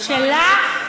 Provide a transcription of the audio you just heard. שלך?